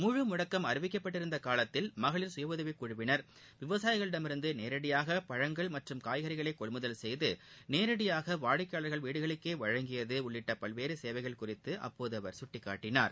முழு முடக்கம் அறிவிக்கப்பட்டிருந்த காலத்தில் மகளிர் கயஉதவிக்குழுவினர் விவசாயகளிடமிருந்து நேரடியாக பழங்கள் மற்றும் காய்கறிகளை கொள்முதல் செய்து நேரடியாக வாடிக்கையாளர்கள் வீடுகளுக்கே வழங்கியது உள்ளிட்ட பல்வேறு சேவைகள் குறித்து அப்போது அவர் சுட்டிக்காட்டினார்